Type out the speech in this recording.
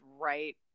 right